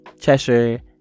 cheshire